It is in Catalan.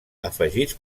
afegits